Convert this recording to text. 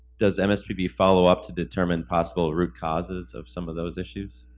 does msvp follow up to determine possible root causes of some of those issues.